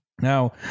Now